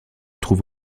trouve